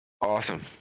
Awesome